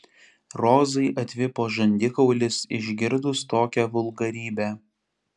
rozai atvipo žandikaulis išgirdus tokią vulgarybę